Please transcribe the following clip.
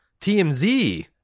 TMZ